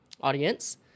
audience